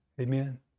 Amen